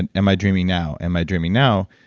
and am i dreaming now? am i dreaming now,